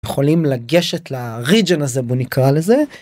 יכולים לגשת region הזה בוא נקרא לזה.